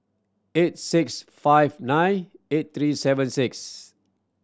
eight six five nine eight three seven six